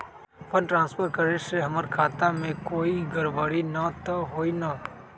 Fund transfer करे से हमर खाता में कोई गड़बड़ी त न होई न?